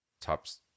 tops